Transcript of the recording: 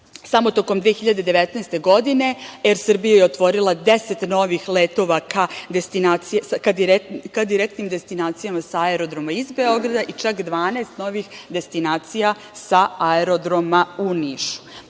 tokom 2019. godine „Er Srbija“ je otvorila deset novih letova ka direktnim destinacijama sa Aerodroma iz Beograda i čak 12 novih destinacija sa aerodroma u Nišu.